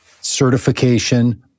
certification